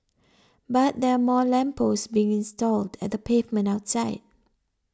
but there are more lamp posts being stalled at the pavement outside